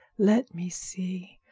let me see.